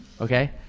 okay